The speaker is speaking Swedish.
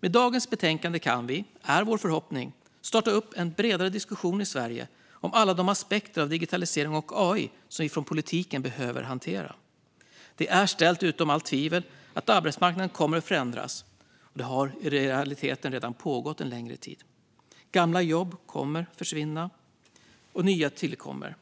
Med dagens betänkande är det vår förhoppning att vi kan påbörja en bredare diskussion i Sverige om alla de aspekter av digitalisering och AI som vi från politiken behöver hantera. Det är ställt utom allt tvivel att arbetsmarknaden kommer att förändras. Det har i realiteten redan pågått en längre tid. Gamla jobb kommer att försvinna, och nya kommer att tillkomma.